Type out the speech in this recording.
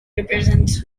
represents